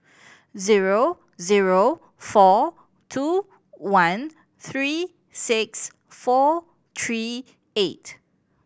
zero zero four two one three six four three eight